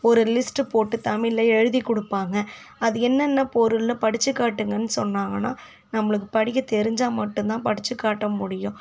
ஒரு லிஸ்ட்டு போட்டு தமிழில் எழுதி கொடுப்பாங்க அது என்னென்ன பொருள்னு படித்து காட்டுங்கனு சொன்னாங்கனா நம்மளுக்கு படிக்க தெரிஞ்சால் மட்டும் தான் படித்து காட்ட முடியும்